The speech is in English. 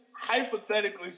Hypothetically